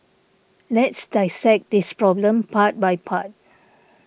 let's dissect this problem part by part